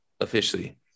officially